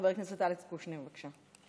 חבר הכנסת אלכס קושניר, בבקשה.